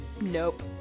Nope